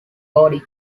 body